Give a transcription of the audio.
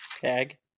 tag